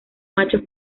machos